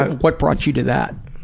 what brought you to that?